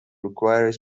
require